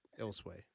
elsewhere